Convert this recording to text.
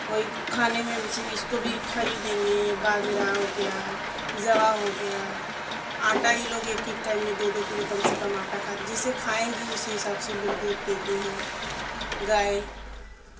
وہی کھانے میں سے اس کو بھی کھریدیں گے باجرہ ہو گیا زوا ہو گیا آٹا ہی لوگ ایک ایک ٹائم میں دو دو کلو کم سے کم آٹا کھاتے جسے کھائیں گی اسی حساب سے لوگ دودھ دیتی ہیں گائے